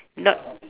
not